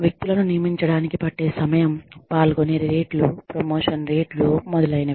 వ్యక్తులను నియమించడానికి పట్టే సమయం పాల్గొనే రేట్లు ప్రమోషన్ రేట్లు మొదలైనవి